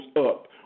up